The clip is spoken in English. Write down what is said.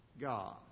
God